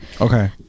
okay